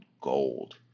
gold